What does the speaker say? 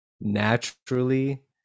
naturally